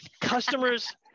customers